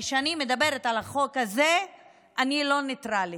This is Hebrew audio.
כשאני מדברת על החוק הזה אני לא ניטרלית.